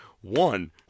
One